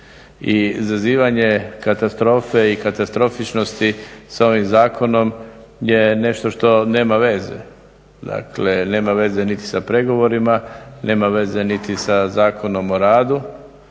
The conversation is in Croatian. I zazivanje katastrofe i katastrofičnosti sa ovim zakonom je nešto što nema veze. Dakle nema veze niti sa pregovorima, nema veze niti sa Zakonom o radu